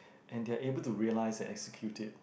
and they're able to realise and execute it